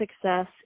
success